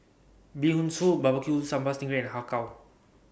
Bee Hoon Soup Barbecue Sambal Sting Ray and Har Kow